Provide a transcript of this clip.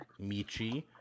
Michi